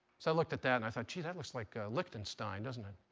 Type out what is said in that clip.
so i looked at that and i thought, geez, that looks like ah lichtenstein, doesn't it?